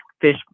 fish